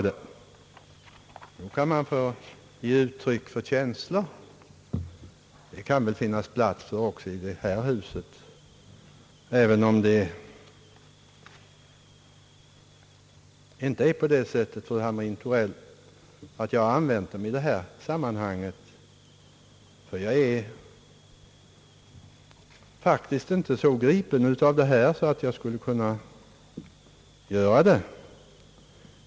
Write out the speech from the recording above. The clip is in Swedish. Nog kan man få ge uttryck för känslor — det kan finnas plats för sådana även i det här huset. I detta sammanhang är jag emellertid inte så gripen, att jag skulle kunna göra det.